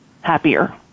happier